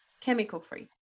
chemical-free